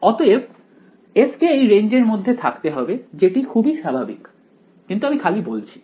অতএব f কে এই রেঞ্জের মধ্যে থাকতে হবে যেটি খুবই স্বাভাবিক কিন্তু আমি খালি বলছি